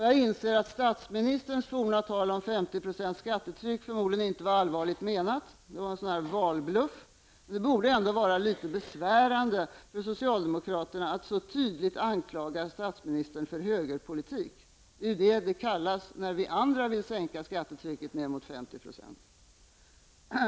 Jag inser att statsministerns forna tal om 50 % skattetryck förmodligen inte var allvarligt menat, utan det var en valbluff, men det borde ändå vara litet besvärande för socialdemokraterna att så tydligt anklaga statsministern för högerpolitik. Det är ju vad det kallas när vi andra vill sänka skattetrycket ner mot 50 %.